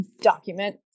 document